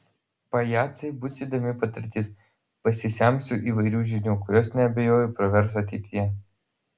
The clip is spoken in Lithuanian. pajacai bus įdomi patirtis pasisemsiu įvairių žinių kurios neabejoju pravers ateityje